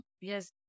yes